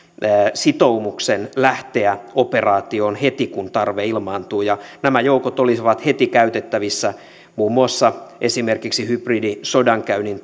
sitoumuksen lähteä operaatioon heti kun tarve ilmaantuu nämä joukot olisivat heti käytettävissä muun muassa hybridisodankäynnin